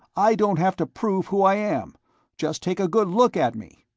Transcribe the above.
i don't have to prove who i am just take a good look at me!